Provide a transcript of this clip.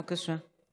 בבקשה.